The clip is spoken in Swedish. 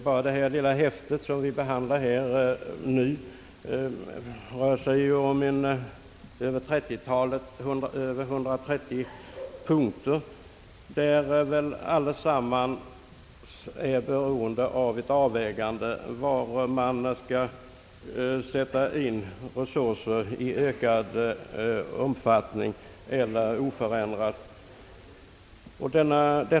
Bara det lilla utskottsutlåtande, som vi här behandlar, innehåller över 130 punkter, och allesammans blir föremål för avvägningar — om man skall sätta in resurser i ökad omfattning eller låta anslagen förbli oförändrade.